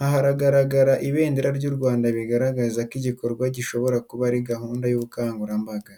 hagaragara ibendera ryu Rwanda bigaragaza ko iki gikorwa gishobora kuba ari gahunda y'ubukangurambaga.